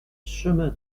chemin